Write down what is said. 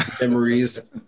memories